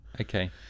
okay